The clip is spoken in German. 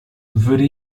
würde